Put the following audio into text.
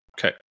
Okay